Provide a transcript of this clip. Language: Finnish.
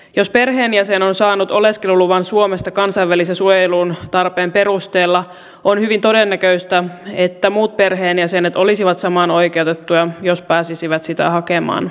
jos perheenjäsen on saanut oleskeluluvan suomesta kansainvälisen suojelun tarpeen perusteella on hyvin todennäköistä että muut perheenjäsenet olisivat samaan oikeutettuja jos pääsisivät sitä hakemaan